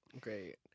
Great